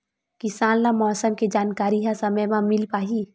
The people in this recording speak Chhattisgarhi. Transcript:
किसान ल मौसम के जानकारी ह समय म मिल पाही?